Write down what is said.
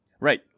Right